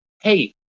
hey